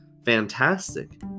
Fantastic